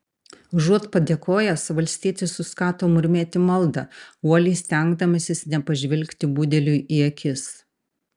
užuot padėkojęs valstietis suskato murmėti maldą uoliai stengdamasis nepažvelgti budeliui į akis